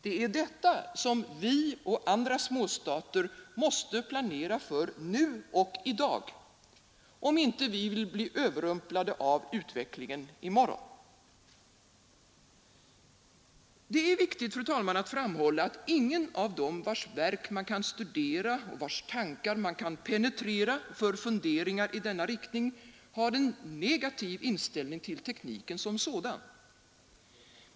Det är detta som vi och andra småstater måste planera för nu och i dag, om vi inte vill bli överrumplade av utvecklingen i morgon. Det är viktigt, fru talman, att framhålla att ingen av dem vilkas verk man kan studera och vilkas tankar man kan penetrera för funderingar i denna riktning har en negativ inställning till tekniken som sådan.